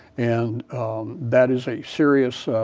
and that is a serious